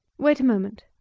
wait a moment.